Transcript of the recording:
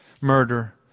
murder